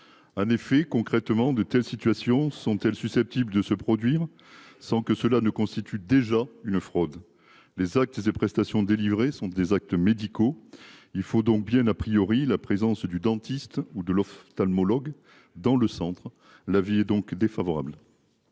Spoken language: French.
En effet, concrètement, de telles situations sont-elles susceptibles de se produire sans que cela ne constitue déjà une fraude. Les actes ses prestations délivrées sont des actes médicaux. Il faut donc bien a priori la présence du dentiste ou de l'ophtalmologue dans le centre, l'avis est donc défavorable.